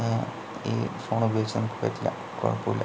ഈ ഫോൺ ഉപയോഗിച്ചാൽ നമുക്ക് പറ്റില്ല കുഴപ്പമില്ല